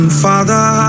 father